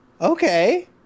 Okay